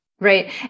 right